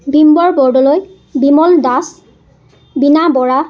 Bhimbor Bordoloi Bimal Das Bina Bora